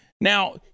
Now